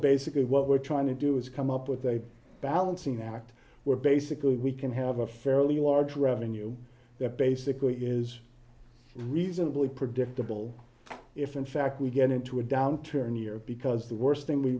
basically what trying we're to do is come up with a balancing act where basically we can have a fairly large revenue that basically is reasonably predictable if in fact we get into a downturn year because the worst thing we